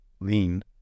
lean